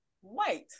white